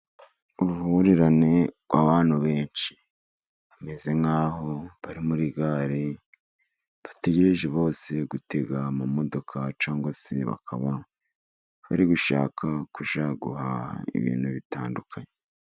Uruhurirane abantu benshi. Bameze nk'aho bari muri gare bategereje bose gutega amamodoka, cyangwa se bakaba bari gushaka kujya guhaha ibintu bitandukanye.